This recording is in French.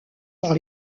par